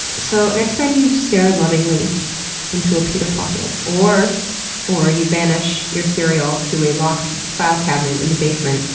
so next time you stare lovingly into a pita pocket, or or you banish your cereal to a locked file cabinet in the basement,